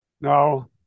Now